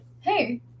Hey